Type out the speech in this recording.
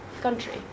country